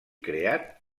creat